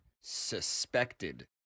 suspected